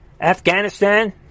Afghanistan